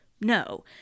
No